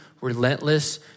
relentless